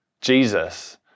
Jesus